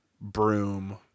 broom